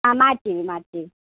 ಆಂ ಮಾಡ್ತೀವಿ ಮಾಡ್ತೀವಿ